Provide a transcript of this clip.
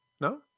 no